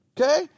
Okay